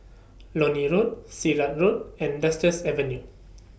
Lornie Road Sirat Road and Avenue